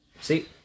See